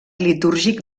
litúrgic